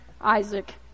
Isaac